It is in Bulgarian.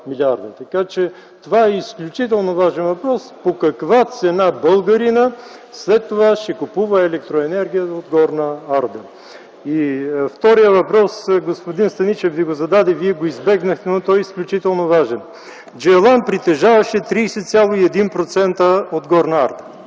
Така че това е изключително важен въпрос – по каква цена българинът след това ще купува електроенергия от „Горна Арда”? И вторият въпрос господин Станишев Ви го зададе, Вие го избегнахте, но той е изключително важен. „Джейлан” притежаваше 30,1% от „Горна Арда”.